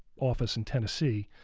office in tennessee.